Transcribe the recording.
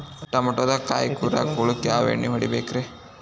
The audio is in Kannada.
ಟಮಾಟೊದಾಗ ಕಾಯಿಕೊರಕ ಹುಳಕ್ಕ ಯಾವ ಎಣ್ಣಿ ಹೊಡಿಬೇಕ್ರೇ?